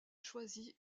choisi